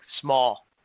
small